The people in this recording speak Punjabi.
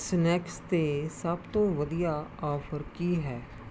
ਸਨੈਕਸ 'ਤੇ ਸਭ ਤੋਂ ਵਧੀਆ ਆਫ਼ਰ ਕੀ ਹੈ